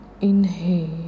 inhale